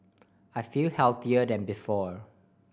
I feel healthier than before